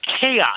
chaos